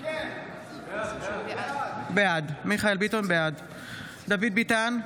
אינו נוכח דוד ביטן,